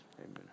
Amen